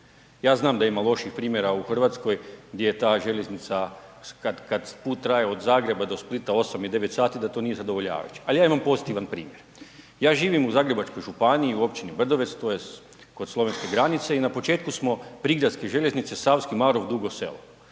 ja znam da ima loših primjera u RH gdje je ta željeznica kad, kad put traje od Zagreba do Splita 8 i 9 sati da to nije zadovoljavajuće, ali ja imam pozitivan primjer, ja živim u Zagrebačkoj županiji, u općini Brdovec tj. kod slovenske granice i na početku smo prigradske željeznice Savski Marof – Dugo Selo.